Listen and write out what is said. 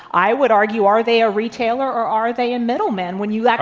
i would argue, are they a retailer, or are they a middle man? when you like